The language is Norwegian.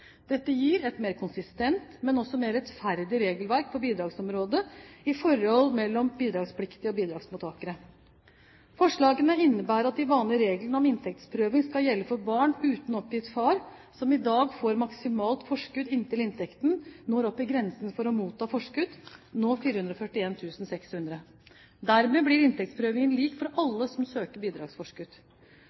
Dette gir et mer konsistent, og også mer rettferdig, regelverk på bidragsområdet i forholdet mellom bidragspliktige og bidragsmottakere. Forslagene innebærer at de vanlige reglene om inntektsprøving skal gjelde for barn uten oppgitt far, som i dag får maksimalt forskudd inntil inntekten når opp i grensen for å motta forskudd, nå 441 600 kr. Dermed blir inntektsprøvingen lik for alle som søker bidragsforskudd.